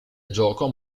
gioco